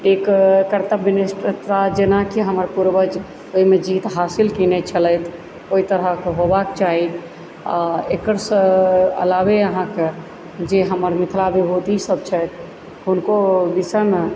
एक कर्तव्यनिष्ठ अथवा जेनाकि हमर पुर्वज ओहिमे जीत हासिल केने छलथि ओहि तरहक होबाक चाही आ एकर अलावे अहाँके जे हमर मिथिला विभुति सब छथि हुनको विषयमे